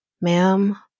Ma'am